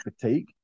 fatigue